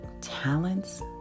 talents